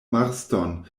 marston